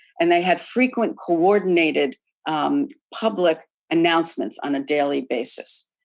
and they had frequent coordinated um public announcements on a daily basis.